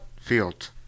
field